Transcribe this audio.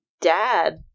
dad